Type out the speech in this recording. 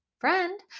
friend